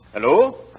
Hello